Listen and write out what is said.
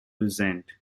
resent